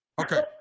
Okay